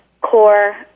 core